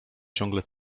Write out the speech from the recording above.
ciągle